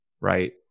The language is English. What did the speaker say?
right